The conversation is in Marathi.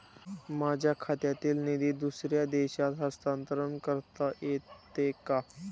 माझ्या खात्यातील निधी दुसऱ्या देशात हस्तांतर करता येते का?